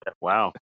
wow